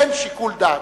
אין שיקול דעת.